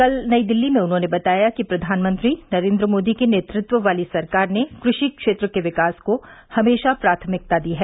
कल नई दिल्ली में उन्होंने बताया कि प्रधानमंत्री नरेन्द्र मोदी के नेतृत्व वाली सरकार ने कृषि क्षेत्र के विकास को हमेशा प्राथमिकता दी है